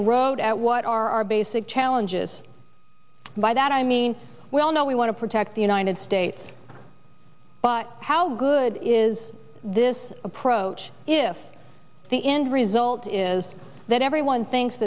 a road at what are our basic challenges by that i mean we all know we want to protect the united states but how good is this approach if the end result is that everyone thinks